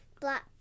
black